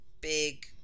big